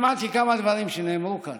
שמעתי כמה דברים שנאמרו כאן.